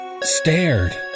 stared